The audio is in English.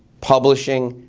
publishing,